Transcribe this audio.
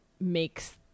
makes